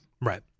right